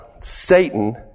Satan